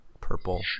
purple